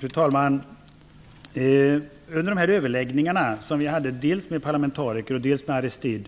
Fru talman! Under de överläggningar som vi hade dels med parlamentariker och dels med Aristide